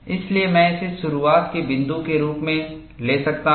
इसलिए मैं इसे शुरुआत के बिंदु के रूप में ले सकता हूं